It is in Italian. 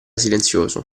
silenzioso